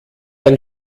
ein